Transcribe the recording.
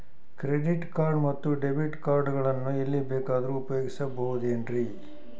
Credit card ಮತ್ತು debit card ಗಳನ್ನು ಎಲ್ಲಿ ಬೇಕಾದ್ರು ಉಪಯೋಗಿಸಬಹುದೇನ್ರಿ?